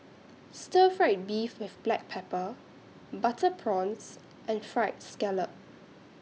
Stir Fried Beef with Black Pepper Butter Prawns and Fried Scallop